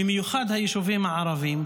ובמיוחד היישובים הערביים,